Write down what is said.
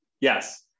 Yes